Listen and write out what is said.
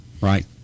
Right